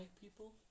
people